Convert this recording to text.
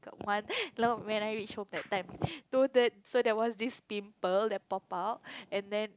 one when I reached home that time noted so there was this pimple that popped out and then